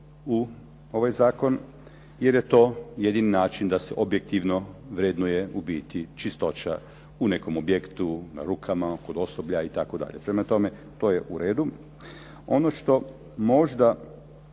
u ovaj zakon jer je to jedini način da se objektivno vrednuje u biti čistoća u nekom objektu, na rukama, kod osoblja itd., prema tome to je u redu. Ono što možda,